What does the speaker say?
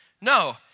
No